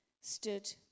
stood